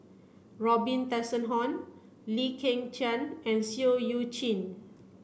Robin Tessensohn Lee Kong Chian and Seah Eu Chin